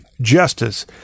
Justice